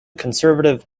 conservative